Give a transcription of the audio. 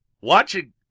watching